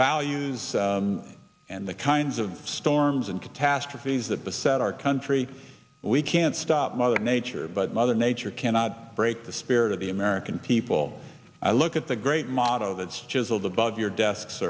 values and the kinds of storms and catastrophes that beset our country we can't stop mother nature but mother nature cannot break the spirit of the american people i look at the great motto that's just above your desk